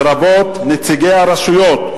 לרבות נציגי הרשויות,